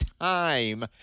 time